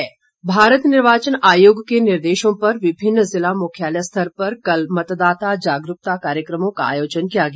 मतदाता जागरूकता भारत निर्वाचन आयोग के निर्देशों पर विभिन्न जिला मुख्यालय स्तर पर कल मतदाता जागरूकता कार्यक्रमों का आयोजन किया गया